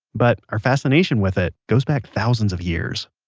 but our fascination with it goes back thousands of years